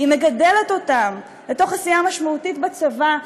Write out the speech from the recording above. היא מגדלת אותם לתוך עשייה משמעותית בצבא.